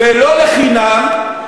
ולא לחינם,